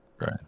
Right